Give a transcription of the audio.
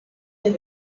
est